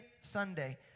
Sunday